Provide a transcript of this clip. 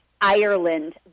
Ireland